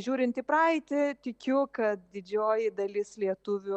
žiūrint į praeitį tikiu kad didžioji dalis lietuvių